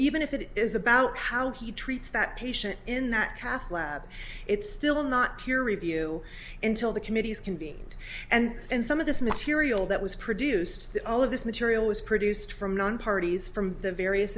even if it is about how he treats that patient in that cath lab it's still not peer review intil the committees convened and and some of this material that was produced all of this material was produced from non parties from the various